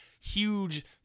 huge